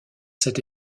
cette